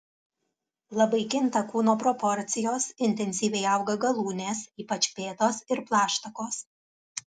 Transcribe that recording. labai kinta kūno proporcijos intensyviai auga galūnės ypač pėdos ir plaštakos